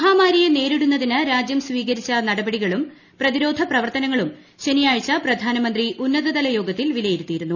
മഹാമാരിയെ നേരിടുന്നതിന് രാജ്യം സ്വീകരിച്ച നടപടികളും പ്രതിരോധ പ്രവർത്തനങ്ങളും ശനിയാഴ്ച പ്രധാനമന്ത്രി ഉന്നതതലയോഗത്തിൽ വിലയിരുത്തിയിരുന്നു